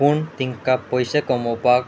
पूण तिंका पयशे कमोवपाक